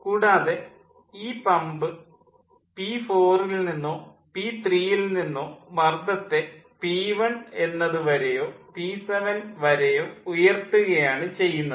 കൂടാതെ ഈ പമ്പ് പി4 ൽ നിന്നോ പി3 ൽ നിന്നോ മർദ്ദത്തെ പി1 എന്നതു വരെയോ പി7 വരെയോ ഉയർത്തുകയാണ് ചെയ്യുന്നത്